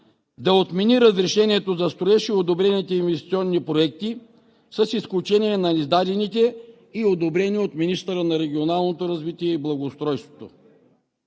да отмени разрешението за строеж и одобрените инвестиционни проекти, с изключение на издадените и одобрените от министъра на регионалното развитие и благоустройството.